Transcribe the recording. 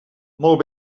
molt